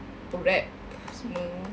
bread semua